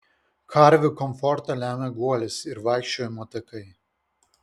karvių komfortą lemia guolis ir vaikščiojimo takai